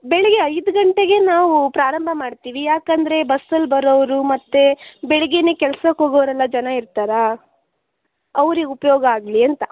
ಬೆಳಿಗ್ಗೆ ಐದು ಗಂಟೆಗೆ ನಾವು ಪ್ರಾರಂಭ ಮಾಡ್ತೀವಿ ಯಾಕಂದರೆ ಬಸ್ಸಲ್ಲಿ ಬರೋವ್ರು ಮತ್ತು ಬೆಳಗ್ಗೆನೇ ಕೆಲ್ಸಕ್ಕೆ ಹೋಗೋವ್ರೆಲ್ಲ ಜನ ಇರ್ತಾರಾ ಅವ್ರಿಗೆ ಉಪಯೋಗ ಆಗಲಿ ಅಂತ